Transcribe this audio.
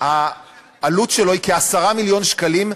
העלות שלו היא כ-10 מיליון שקלים,